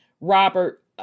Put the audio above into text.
Robert